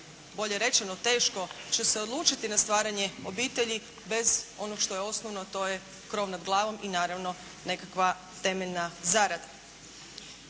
bolje rečeno teško će se odlučiti na stvaranje obitelji bez ono što je osnovno, to je krov nad glavom i naravno nekakva temeljna zarada.